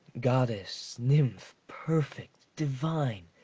goddess, nymph, perfect, divine!